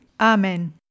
Amen